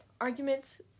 arguments